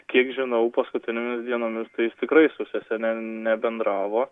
kiek žinau paskutinėmis dienomis tai jis tikrai su sese ne nebendravo